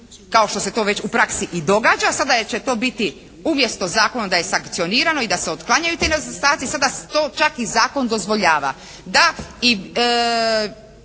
kao što se to već u praksi i događa. Sada jer će to biti umjesto zakonom da je sankcionirano i da se otklanjaju ti nedostaci, sada to čak i zakon dozvoljava.